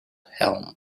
helm